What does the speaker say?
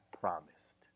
promised